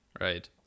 Right